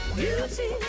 beauty